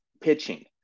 pitching